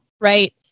Right